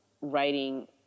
writing